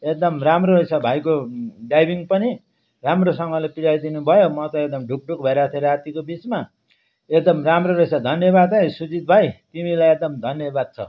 एकदम राम्रो रहेछ भाइको ड्राइभिङ पनि राम्रोसँगले पुऱ्याइदिनु भयो म त एकदम ढुकढुक भइरहेको थिएँ रातिको बिचमा एकदम राम्रो रहेछ धन्यवाद है सुजित भाइ तिमीलाई एकदम धन्यवाद छ